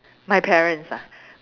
my parents ah